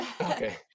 Okay